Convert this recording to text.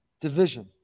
Division